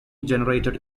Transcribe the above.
generated